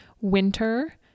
winter